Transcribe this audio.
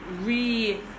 re